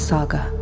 Saga